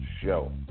Show